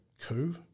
coup